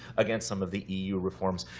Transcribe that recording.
against some of the eu reforms.